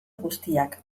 guztiak